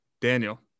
Daniel